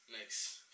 next